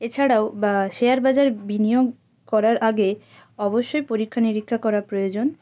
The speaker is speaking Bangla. এছাড়াও বা শেয়ার বাজার বিনিয়োগ করার আগে অবশ্যই পরীক্ষা নিরীক্ষা করা প্রয়োজন